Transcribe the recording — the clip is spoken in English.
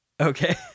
Okay